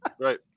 right